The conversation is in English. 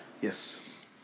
Yes